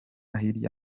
hirya